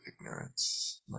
ignorance